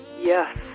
Yes